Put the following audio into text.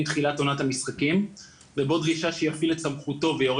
עם תחילת עונת המשחקים ובו דרישה שיפעיל את סמכותו ויורה